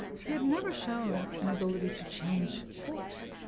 he had never shown an ability to change course.